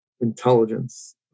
Intelligence